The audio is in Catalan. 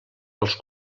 els